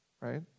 right